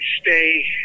stay